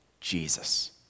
Jesus